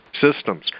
systems